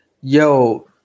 Yo